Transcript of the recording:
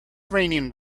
raining